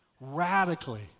radically